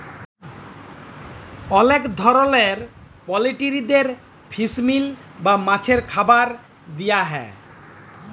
অলেক ধরলের পলটিরিদের ফিস মিল বা মাছের খাবার দিয়া হ্যয়